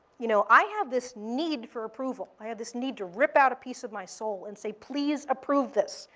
you know i have this need for approval. i have this need to rip out a piece of my soul and say, please approve this.